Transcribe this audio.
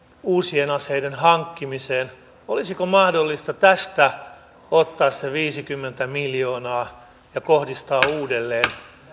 uusien aseiden hankkimiseen olisiko mahdollista tästä ottaa se viisikymmentä miljoonaa ja kohdistaa uudelleen